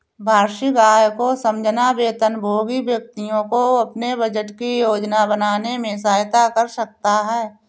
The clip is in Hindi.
वार्षिक आय को समझना वेतनभोगी व्यक्तियों को अपने बजट की योजना बनाने में सहायता कर सकता है